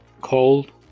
cold